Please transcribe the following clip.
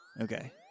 Okay